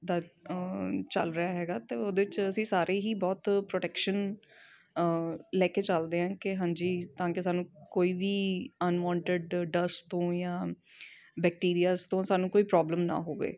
ਦਾ ਚੱਲ ਰਿਹਾ ਹੈਗਾ ਅਤੇ ਉਹਦੇ 'ਚ ਅਸੀਂ ਸਾਰੇ ਹੀ ਬਹੁਤ ਪ੍ਰੋਟੈਕਸ਼ਨ ਲੈ ਕੇ ਚਲਦੇ ਹਾਂ ਕਿ ਹਾਂਜੀ ਤਾਂ ਕਿ ਸਾਨੂੰ ਕੋਈ ਵੀ ਅਨਵੋਂਟਡ ਡਸਟ ਤੋਂ ਜਾਂ ਬੈਕਟੀਰੀਆਸ ਤੋਂ ਸਾਨੂੰ ਕੋਈ ਪ੍ਰੋਬਲਮ ਨਾ ਹੋਵੇ